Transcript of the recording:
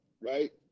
right